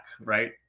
right